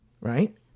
Right